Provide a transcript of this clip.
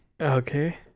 Okay